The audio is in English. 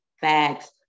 Facts